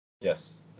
Yes